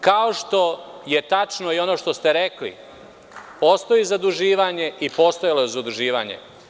Kao što je tačno i ono što ste rekli, postoji zaduživanje i postojalo je zaduživanje.